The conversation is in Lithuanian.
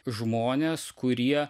žmonės kurie